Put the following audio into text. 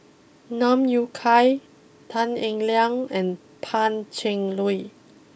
Yui Kai Tan Eng Liang and Pan Cheng Lui